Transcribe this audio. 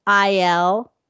IL